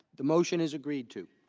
the motion is agreed to.